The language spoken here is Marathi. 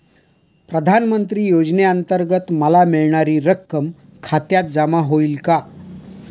प्रधानमंत्री योजनेअंतर्गत मला मिळणारी रक्कम खात्यात जमा होईल का?